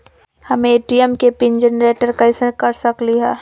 हम ए.टी.एम के PIN generate कईसे कर सकली ह?